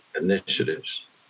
initiatives